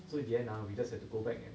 so in the end ah we just had to go back and